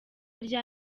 rya